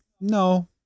no